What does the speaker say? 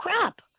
crap